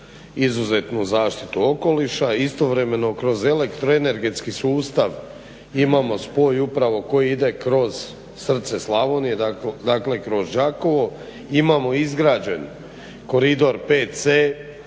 izuzetnu zaštitu okoliša, istovremeno kroz elektroenergetski sustav imamo spoj upravo koji ide kroz srce Slavonije, dakle kroz Đakovo. Imamo izgrađen koridor ,